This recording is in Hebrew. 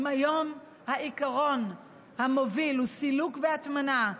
אם היום העיקרון המוביל הוא סילוק והטמנה,